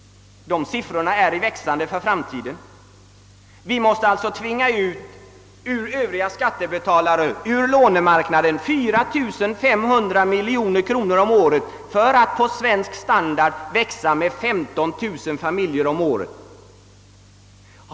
Dessa kostnader kommer att växa i framtiden. Vi måste alltså tvinga fram från lånemarknaden och från övriga skattebetalare 4 500 miljoner kronor om året för att kunna ge ytterligare 15 000 familjer om året svensk standard.